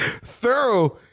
Thorough